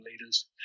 leaders